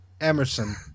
emerson